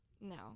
No